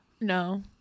No